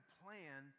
plan